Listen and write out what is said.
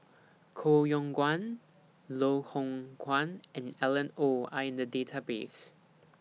Koh Yong Guan Loh Hoong Kwan and Alan Oei Are in The Database